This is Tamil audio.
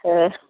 ஆ